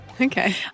Okay